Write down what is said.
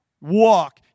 Walk